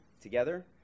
together